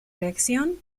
reacción